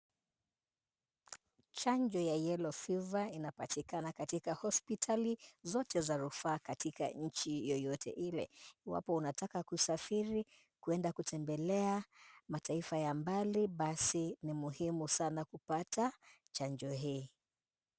Chanjo ya yellow fever inapatikana katika hospitali zote za rufaa katika nchi yoyote ile. Iwapo unataka kusafiri kuenda kutembelea mataifa ya mbali, basi ni muhimu sana kupata chanjo hii.